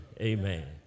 amen